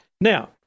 Now